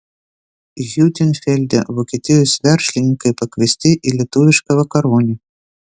hiutenfelde vokietijos verslininkai pakviesti į lietuvišką vakaronę